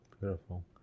Beautiful